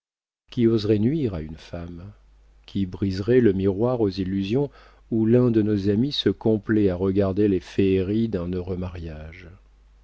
qui oserait nuire à une femme qui briserait le miroir aux illusions où l'un de nos amis se complaît à regarder les féeries d'un heureux mariage